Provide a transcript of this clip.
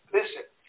Listen